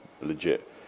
legit